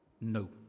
No